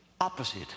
opposite